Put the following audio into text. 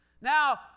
Now